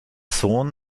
sohn